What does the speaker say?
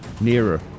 Nearer